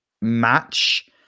match